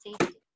safety